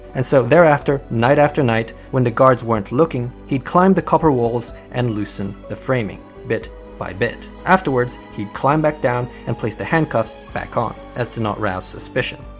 and so thereafter night after night when the guards weren't looking, he climbed the copper walls and loosened the framing bit by bit. afterwards he'd climb back down and place the handcuffs back on as to not rouse suspicion.